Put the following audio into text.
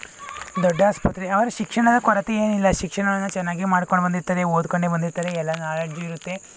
ದೊಡ್ಡ ಆಸ್ಪತ್ರೆ ಅವರ ಶಿಕ್ಷಣದ ಕೊರತೆ ಏನಿಲ್ಲ ಶಿಕ್ಷಣದ ಚೆನ್ನಾಗೆ ಮಾಡ್ಕೊಂಡು ಬಂದಿರ್ತಾರೆ ಓದಿಕೊಂಡೇ ಬಂದಿರುತ್ತಾರೆ ಎಲ್ಲ ಹಾಯಾಗಿ ಇರುತ್ತೆ